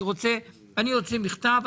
אני אוציא מכתב.